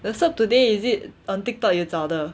so today is it on TikTok you 找的